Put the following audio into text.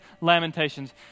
Lamentations